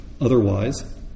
otherwise